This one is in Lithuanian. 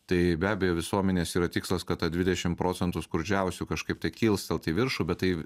tai be abejo visuomenės yra tikslas kad tą dvidešim procentų skurdžiausių kažkaip tai kilstelt į viršų bet tai